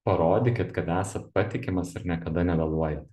parodykit kad esat patikimas ir niekada nevėluojant